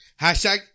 Hashtag